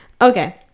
Okay